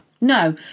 No